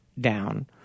down